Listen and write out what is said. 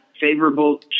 favorable